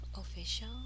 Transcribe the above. official